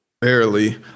Barely